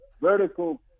Vertical